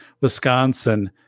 Wisconsin